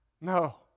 No